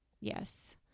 Yes